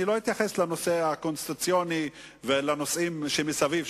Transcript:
לא אתייחס לנושא הקונסטיטוציוני ולנושאים שמסביב,